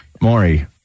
Maury